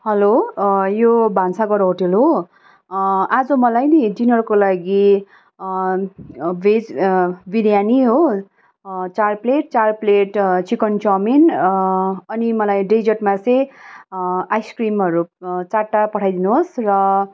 hello यो Bhansaghar hotel हो आज मलाई नि डिनरको लागि भेज बिरयानी हो चार प्लेट चार प्लेट चिकन चाउमिन अनि मलाई डेजर्टमा चाहिँ आइसक्रिमहरू चारवटा पठाइदिनु होस् र